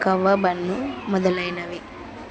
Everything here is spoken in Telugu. కోవా బన్ మొదలైనవి